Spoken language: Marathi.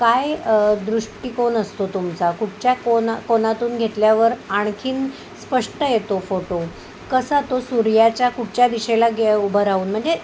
काय दृष्टिकोन असतो तुमचा कुठच्या कोना कोनातून घेतल्यावर आणखीन स्पष्ट येतो फोटो कसा तो सूर्याच्या कुठच्या दिशेला गे उभं राहून म्हणजे